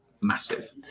massive